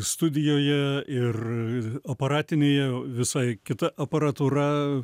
studijoje ir aparatinėje visai kita aparatūra